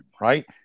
right